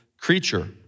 creature